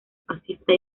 fascista